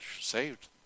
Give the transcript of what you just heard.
saved